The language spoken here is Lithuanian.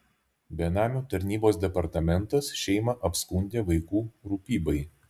benamių tarnybos departamentas šeimą apskundė vaikų rūpybai